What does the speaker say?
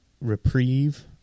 reprieve